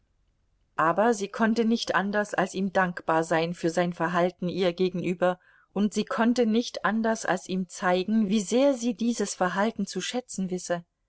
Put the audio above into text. aber sie konnte nicht anders als ihm dankbar sein für sein verhalten ihr gegenüber und sie konnte nicht anders als ihm zeigen wie sehr sie dieses verhalten zu schätzen wisse